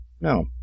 No